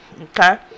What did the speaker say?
Okay